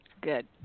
Good